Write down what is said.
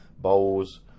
bowls